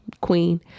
queen